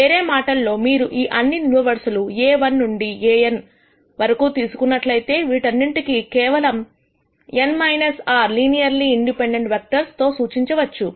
వేరే మాటల్లో మీరు ఈ అన్ని నిలువు వరుసలు A1 to An తీసుకున్నట్లయితే వీటన్నింటిని కేవలం n r linearly independent vectors తో సూచించవచ్చు